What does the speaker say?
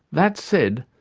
that said,